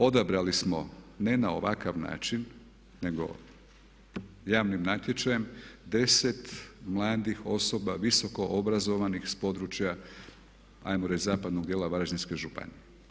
Odabrali smo ne na ovakav način nego javnim natječajem 10 mladih osoba visoko obrazovanih sa područja hajmo reći zapadnog dijela Varaždinske županije.